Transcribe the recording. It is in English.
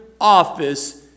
office